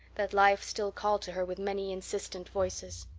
that life still called to her with many insistent voices.